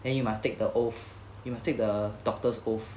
then you must take the oath you must take the doctors oath